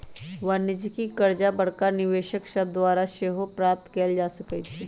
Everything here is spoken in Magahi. वाणिज्यिक करजा बड़का निवेशक सभके द्वारा सेहो प्राप्त कयल जा सकै छइ